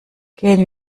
gehen